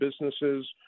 businesses